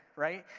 right,